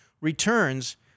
returns